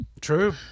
True